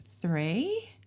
three